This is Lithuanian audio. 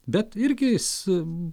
bet irgi jis